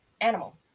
animal